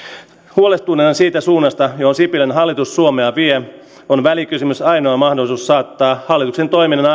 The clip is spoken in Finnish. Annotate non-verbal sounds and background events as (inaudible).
huolestuneena siitä suunnasta johon sipilän hallitus suomea vie on välikysymys ainoa mahdollisuus saattaa hallituksen toiminta (unintelligible)